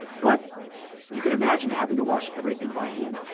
but you could imagine having to wash everything by hand.